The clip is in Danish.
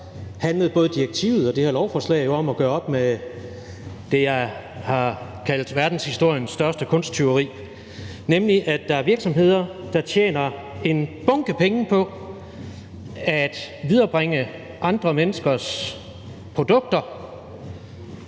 handlede både direktivet og det her lovforslag jo om at gøre op med det, jeg har kaldt verdenshistoriens største kunsttyveri, nemlig at der er virksomheder, der tjener en bunke penge på at viderebringe andre menneskers produkter